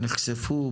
נחשפו,